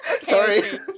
Sorry